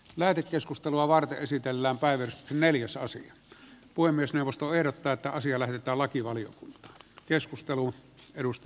lähetekeskustelua vaan esitellään päivät neljäsasin puhemiesneuvosto ehdottaa että asia lähetetään lakivaliokuntaan